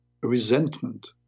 resentment